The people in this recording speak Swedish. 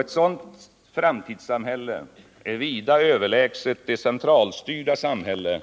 Ett sådant framtidssamhälle är vida överlägset det centralstyrda samhälle,